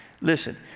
Listen